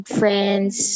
friends